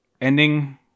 ending